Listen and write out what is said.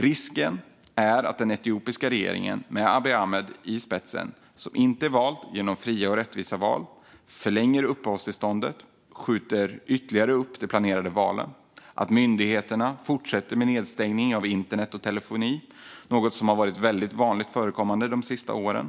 Risken är att den etiopiska regeringen, med Abiy Ahmed i spetsen, som inte är vald genom fria och rättvisa val, förlänger undantagstillståndet och ytterligare skjuter upp de planerade valen. Risken är att myndigheterna fortsätter med nedstängning av internet och telefoni. Det har varit vanligt förekommande de senaste åren.